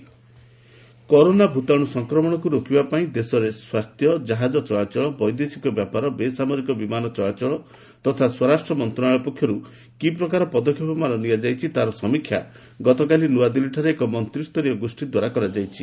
GoM corona corona ଭୂତାଣୁ ସଂକ୍ରମଣକୁ ରୋକିବା ପାଇଁ ଦେଶରେ ସ୍ୱାସ୍ଥ୍ୟ ଜାହାଜ ଚଳାଚଳ ବୈଦେଶିକ ବ୍ୟାପାର ବେସାମରିକ ବିମାନ ଚଳାଚଳ ତଥା ସ୍ୱରାଷ୍ଟ୍ର ମନ୍ତ୍ରଣାଳୟ ପକ୍ଷରୁ କି ପ୍ରକାର ପଦକ୍ଷେପମାନ ନିଆଯାଇଛି ତାହାର ସମୀକ୍ଷା ଗତକାଲି ନୂଆଦିଲ୍ଲୀଠାରେ ଏକ ମନ୍ତ୍ରୀ ସ୍ତରୀୟ ଗୋଷ୍ଠୀ ଦ୍ୱାରା କରାଯାଇଛି